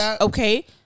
okay